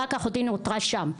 רק אחותי נותרה שם,